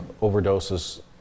overdoses